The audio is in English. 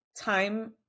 time